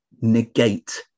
negate